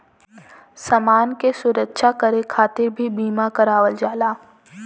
समान क सुरक्षा करे खातिर भी बीमा करावल जाला